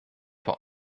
vor